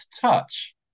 touch